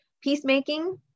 peacemaking